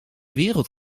wereld